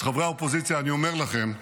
חברי האופוזיציה, אני אומר לכם: